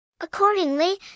Accordingly